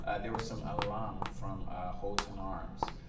ah there was some alum from holton arms,